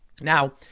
Now